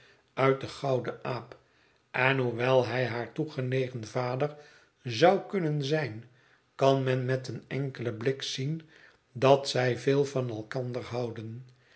uit den gouden aap en hoewel hij haar toegenegen vader zou kunnen zijn kan men met een enkelen blik zien dat zij veel van elkander houden